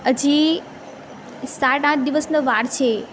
હજી સાત આઠ દિવસની વાર છે